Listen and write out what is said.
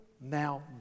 now